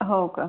हो का